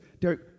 Derek